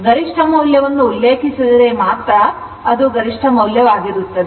ಗರಿಷ್ಠ ಮೌಲ್ಯವನ್ನು ಉಲ್ಲೇಖಿಸಿದರೆ ಮಾತ್ರ ಅದು ಗರಿಷ್ಠ ಮೌಲ್ಯವಾಗಿರುತ್ತದೆ